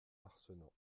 arcenant